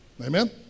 Amen